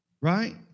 right